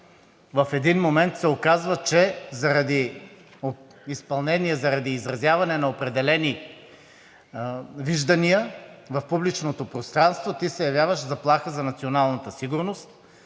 в един момент се оказва, че от изпълнение заради изразяване на определени виждания в публичното пространство ти се явяваш заплаха за националната сигурност